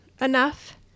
enough